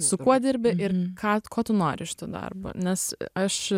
su kuo dirbi ir ką ko tu nori iš to darbo nes aš